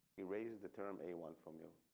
erase the term a one from you.